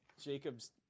Jacob's